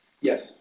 Yes